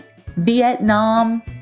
Vietnam